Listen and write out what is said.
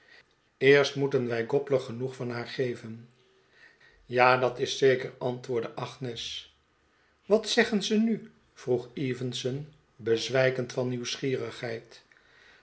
eerst moeten wij gobler genoeg van haar geven ja dat is zeker antwoordde agnes wat zeggen ze nu vroeg evenson bezwijkend van nieuwsgierigheid